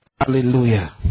Hallelujah